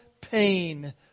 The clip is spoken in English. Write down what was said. pain